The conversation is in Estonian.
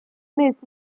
müük